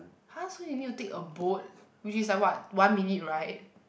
ah so you need to take a boat which is like what one minute ride